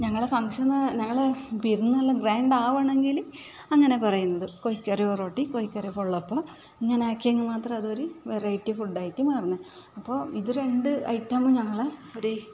ഞങ്ങളുടെ ഫങ്ക്ഷൻ അന്ന് ഞങ്ങള് വിരുന്നെല്ലാം ഗ്രാന്റ് ആകണമെങ്കിൽ അങ്ങനെ പറയുന്നത് കോഴിക്കറി ഒറോട്ടി കോഴിക്കറി പൊള്ളപ്പം ഇങ്ങനെ ആക്കിയെങ്കിൽ മാത്രം അതൊര് വെറൈറ്റി ഫുഡ് ആയിട്ട് മാറുന്നത് അപ്പോൾ ഇത് രണ്ട് ഐറ്റവും ഞങ്ങള്